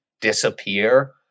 disappear